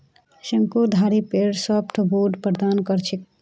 शंकुधारी पेड़ सॉफ्टवुड प्रदान कर छेक